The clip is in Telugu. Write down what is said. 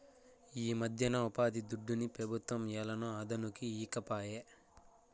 ఈమధ్యన ఉపాధిదుడ్డుని పెబుత్వం ఏలనో అదనుకి ఈకపాయే